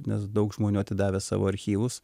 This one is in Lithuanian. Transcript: nes daug žmonių atidavę savo archyvus